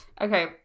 Okay